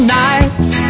nights